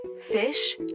fish